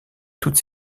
toutes